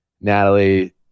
Natalie